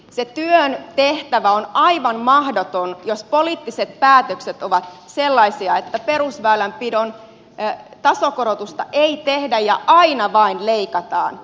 se työn tehtävä on aivan mahdoton jos poliittiset päätökset ovat sellaisia että perusväylänpidon tasokorotusta ei tehdä ja aina vain leikataan